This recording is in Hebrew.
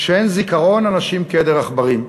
כשאין זיכרון, אנשים כעדר עכברים.